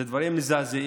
אלה דברים מזעזעים,